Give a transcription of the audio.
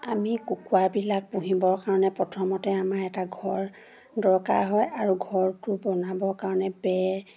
আমি কুকুৰাবিলাক পুহিবৰ কাৰণে প্ৰথমতে আমাৰ এটা ঘৰ দৰকাৰ হয় আৰু ঘৰটো বনাবৰ কাৰণে বেৰ